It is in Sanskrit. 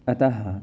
अतः